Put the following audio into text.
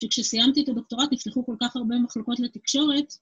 שכשסיימתי את הדוקטורט נפתחו כל כך הרבה מחלקות לתקשורת.